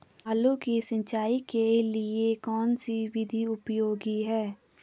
आलू की सिंचाई के लिए कौन सी विधि उपयोगी है?